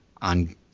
on